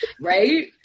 right